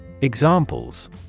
Examples